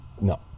No